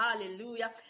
hallelujah